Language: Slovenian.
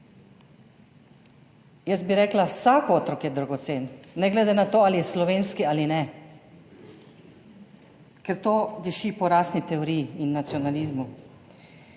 Jaz bi rekla, vsak otrok je dragocen, ne glede na to, ali je slovenski ali ne. Ker to diši po rasni teoriji in nacionalizmu.